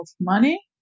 money